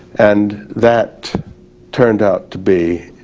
and that turned out to be